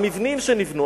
המבנים שנבנו,